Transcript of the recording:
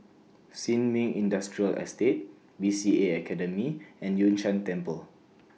Sin Ming Industrial Estate B C A Academy and Yun Shan Temple